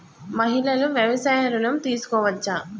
మహిళలు వ్యవసాయ ఋణం తీసుకోవచ్చా?